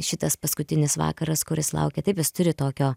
šitas paskutinis vakaras kuris laukia taip jis turi tokio